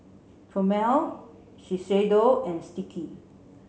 Chomel Shiseido and Sticky